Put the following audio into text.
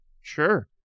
Sure